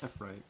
right